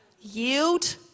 Yield